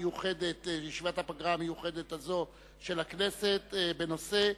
הפגרה המיוחדת הזאת של הכנסת את הנושא: